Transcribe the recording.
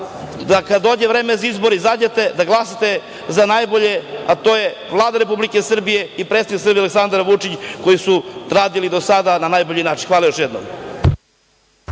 da kada dođe vreme za izbore izađete da glasate za najbolje, a to je Vlada Republike Srbije i predsednik Srbije Aleksandar Vučić, koji su radili do sada na najbolji način. Hvala još jednom.